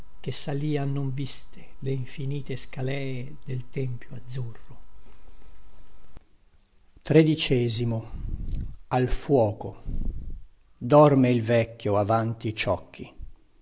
che salìan non viste le infinite scalèe del tempio azzurro dorme il vecchio avanti i ciocchi